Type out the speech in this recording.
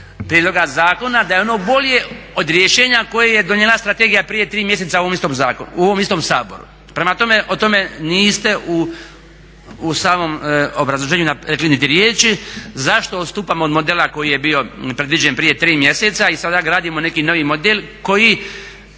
prijedloga zakona da je ono bolje od rješenja koje je donijela strategija prije 3 mjeseca u ovom istom Saboru. Prema tome, o tome niste u samom obrazloženju rekli niti riječi. Zašto odstupamo od modela koji je bio predviđen prije 3 mjeseca i sada gradimo neki novi model koji